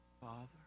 Father